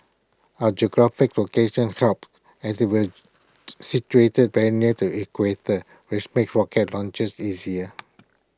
our geographical location helps as we are situated very near the equator which makes rocket launches easier